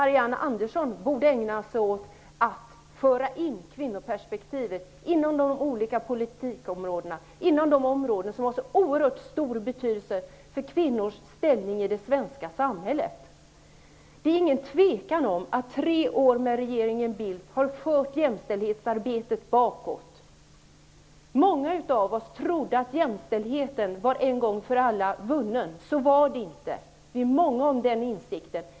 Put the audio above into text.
Marianne Andersson borde ägna sig åt att föra in kvinnoperspektivet inom de olika politikområdena, inom de områden som har så oerhört stor betydelse för kvinnors ställning i det svenska samhället. Det råder inget tvivel om att tre år med regeringen Bildt har fört jämställdhetsarbetet bakåt. Många av oss trodde att jämställdheten var en gång för alla vunnen. Så var det inte. Vi är många om den insikten.